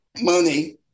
money